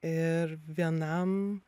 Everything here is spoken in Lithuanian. ir vienam